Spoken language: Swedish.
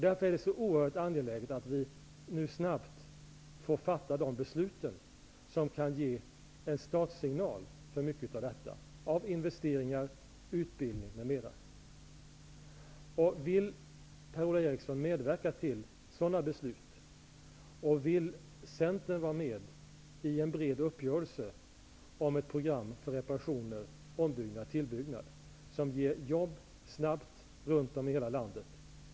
Därför är det oerhört angeläget att vi snabbt får fatta de beslut som kan ge en startsignal för mycket av detta -- investeringar, utbildning m.m. Vill Per-Ola Eriksson medverka till sådana beslut? Vill Centern vara med i en bred uppgörelse om ett program för reparationer, ombyggnad och tillbyggnad som snabbt ger jobb runt om i landet?